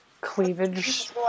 cleavage